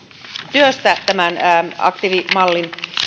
työstä tämän aktiivimallin